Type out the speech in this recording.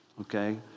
okay